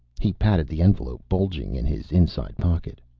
he patted the envelope, bulging in his inside pocket.